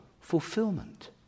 fulfillment